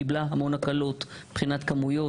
קיבלה המון הקלות מבחינת כמויות,